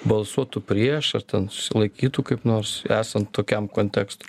balsuotų prieš ar ten susilaikytų kaip nors esant tokiam kontekstui